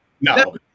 No